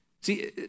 See